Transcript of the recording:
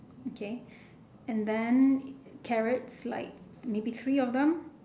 okay and then carrots like maybe three of them